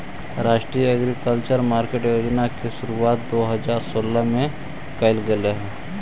राष्ट्रीय agriculture market योजना के शुरुआत दो हज़ार सोलह में कैल गेलइ